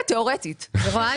לא.